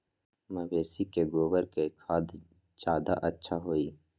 मवेसी के गोबर के खाद ज्यादा अच्छा होई?